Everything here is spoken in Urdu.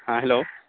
ہاں ہلو